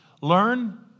learn